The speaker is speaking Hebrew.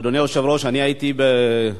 אדוני היושב-ראש, אני הייתי בפגישה,